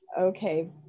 Okay